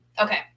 okay